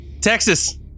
texas